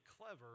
clever